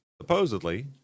supposedly